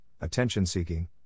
attention-seeking